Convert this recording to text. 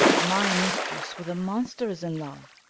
my mistress with a monster is in love.